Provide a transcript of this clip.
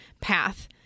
path